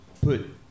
put